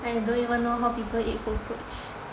I don't even know how people eat cockroach